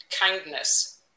kindness